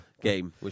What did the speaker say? game